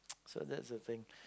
so that's the thing